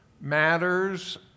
matters